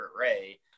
Ray